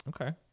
Okay